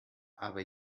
aber